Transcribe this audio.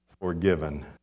forgiven